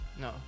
No